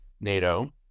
NATO